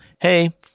hey